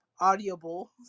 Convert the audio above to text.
audible